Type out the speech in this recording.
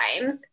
times